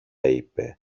είπε